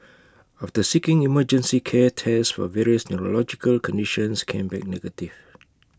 after seeking emergency care tests for various neurological conditions came back negative